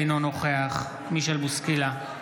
אינו נוכח מישל בוסקילה,